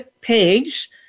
page